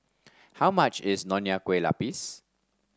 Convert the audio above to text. how much is Nonya Kueh Lapis